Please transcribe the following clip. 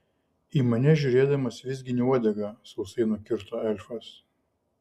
į mane žiūrėdamas vizgini uodegą sausai nukirto elfas